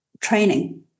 training